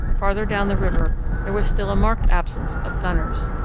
farther down the river there was still a marked absence of gunners.